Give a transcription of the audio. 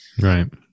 Right